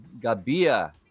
Gabia